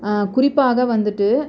குறிப்பாக வந்துட்டு